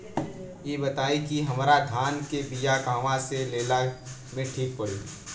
इ बताईं की हमरा धान के बिया कहवा से लेला मे ठीक पड़ी?